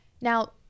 Now